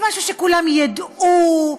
ומשהו שכולם ידעו,